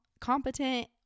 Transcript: competent